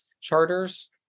charters